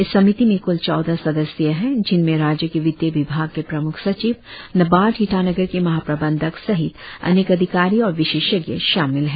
इस समिति में क्ल चौदह सदस्य है जिनमें राज्य के वित्तीय विभाग के प्रम्ख सचिव नाबार्ड ईटानगर के महा प्रबंधक सहित अनेक अधिकारी और विशेषज्ञ शामिल हैं